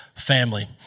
Family